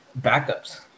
backups